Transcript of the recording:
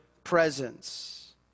presence